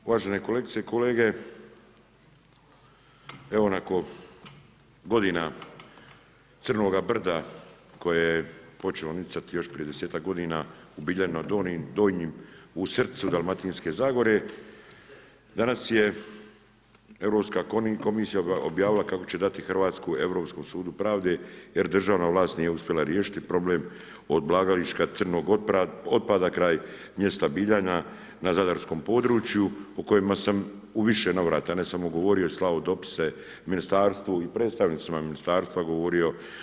Uvažene kolegice i kolege, evo nakon godina crnoga brda koje je počelo nicati još prije desetak godina u Biljanima Donjim u srcu Dalmatinske zagore danas je Europska komisija objavila kako će dati Hrvatsku Europskom sudu pravde jer državna vlast nije uspjela riješiti problem odlagališta crnog otpada kraj mjesta Biljana na zadarskom području o kojima sam u više navrata ne samo govorio i slao dopise ministarstvu i predstavnicima ministarstva govorio.